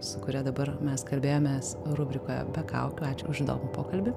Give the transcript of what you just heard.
su kuria dabar mes kalbėjomės rubrikoje be kaukių ačiū už įdomų pokalbį